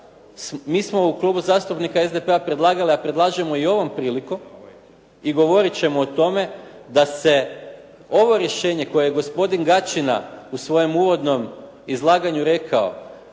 mi smo u Klubu zastupnika SDP-a predlagali a predlažemo i ovom prilikom i govorit ćemo o tome da se ovo rješenje koje je gospodin Gačina u svojem uvodnom izlaganju rekao